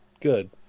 Good